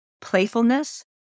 playfulness